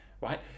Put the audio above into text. right